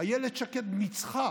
אילת שקד ניצחה